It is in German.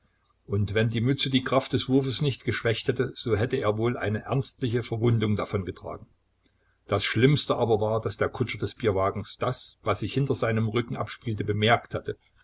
und wenn die mütze die kraft des wurfes nicht geschwächt hätte so hätte er wohl eine ernstliche verwundung davongetragen das schlimmste aber war daß der kutscher des bierwagens das was sich hinter seinem rücken abspielte bemerkt hatte